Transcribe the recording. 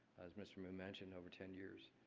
as mr. moon mentioned, over ten years